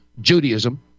Judaism